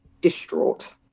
distraught